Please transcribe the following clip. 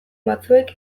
batzuek